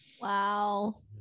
Wow